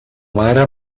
mare